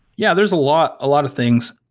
yeah, there's a lot a lot of things.